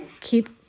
keep